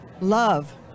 Love